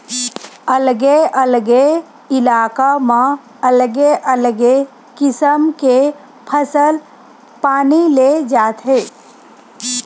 अलगे अलगे इलाका म अलगे अलगे किसम के फसल पानी ले जाथे